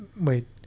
wait